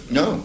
no